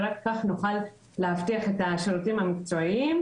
ורק כך נוכל להבטיח את השירותים המקצועיים,